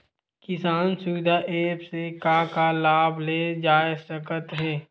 किसान सुविधा एप्प से का का लाभ ले जा सकत हे?